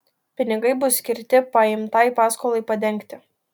pinigai bus skirti paimtai paskolai padengti